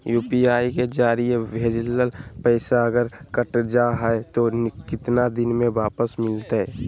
UPI के जरिए भजेल पैसा अगर अटक जा है तो कितना दिन में वापस मिलते?